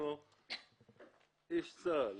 אנחנו אנשי צבא,